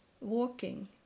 walking